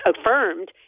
affirmed